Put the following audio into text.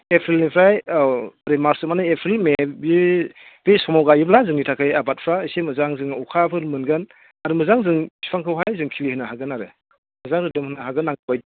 एप्रिलनिफ्राय औ ओरै मार्स जोबनानै एप्रिल मे बे समाव गायोब्ला जोंनि थाखाय आबादफ्रा इसे मोजां जोङो अखाफोर मोनगोन आरो मोजां जों बिफांखौहाय खिलिहोनो हागोन आरो मोजां रोदोम होनो हागोन नांगौबादि